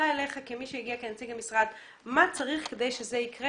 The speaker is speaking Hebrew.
אליך כנציג המשרד ושואלת מה צריך כדי שזה יקרה,